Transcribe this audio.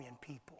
people